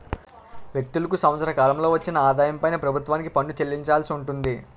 వ్యక్తులకు సంవత్సర కాలంలో వచ్చిన ఆదాయం పైన ప్రభుత్వానికి పన్ను చెల్లించాల్సి ఉంటుంది